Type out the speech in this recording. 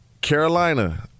Carolina